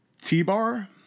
T-Bar